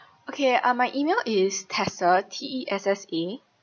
okay uh my E-mail is tessa T E S S A